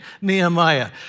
Nehemiah